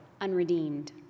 unredeemed